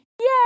Yay